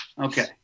Okay